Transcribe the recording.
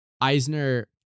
Eisner